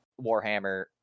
Warhammer